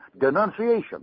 denunciation